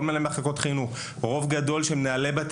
כל מנהלי מחלקות חינוך ורוב גדול של מנהלי בית